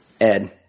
Ed